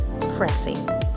pressing